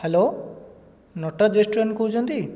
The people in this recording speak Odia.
ହ୍ୟାଲୋ ନଟରାଜ ରେଷ୍ଟୁରାଣ୍ଟ କହୁଛନ୍ତି